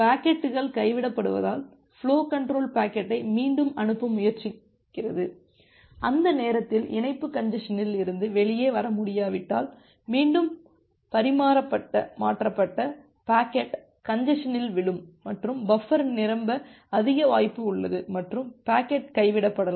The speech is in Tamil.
பாக்கெட்டுகள் கைவிடப்படுவதால் ஃபுலோ கன்ட்ரோல் பாக்கெட்டை மீண்டும் அனுப்ப முயற்சிக்கிறது அந்த நேரத்தில் இணைப்பு கஞ்ஜசனில் இருந்து வெளியே வர முடியாவிட்டால் மீண்டும் பரிமாற்றப்பட்ட பாக்கெட் கஞ்ஜசனில் விழும் மற்றும் பஃபர் நிறம்ப அதிக வாய்ப்பு உள்ளது மற்றும் பாக்கெட் கைவிடப்படலாம்